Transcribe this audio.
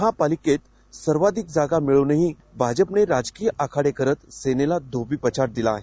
महापालिकेत सर्वाधिक जागा मिळवूनही भाजपने राजकीय आखाडे करत सेनेला धोबीपछाड दिला आहे